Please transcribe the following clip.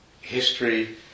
history